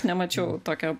nemačiau tokio